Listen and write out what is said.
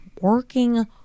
working